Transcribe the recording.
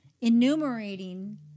enumerating